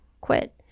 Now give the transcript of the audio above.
quit